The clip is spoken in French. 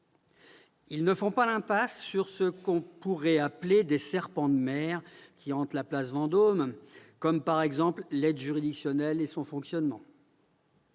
Ils ne font pas l'impasse sur ce qu'on pourrait appeler les serpents de mer qui hantent la place Vendôme. Je pense, par exemple, à l'aide juridictionnelle et à son financement.